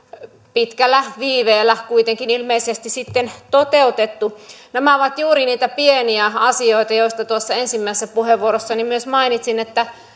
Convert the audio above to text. pitkällä viiveellä kuitenkin ilmeisesti sitten toteutettu nämä ovat juuri niitä pieniä asioita joista tuossa ensimmäisessä puheenvuorossani myös mainitsin